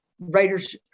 Writers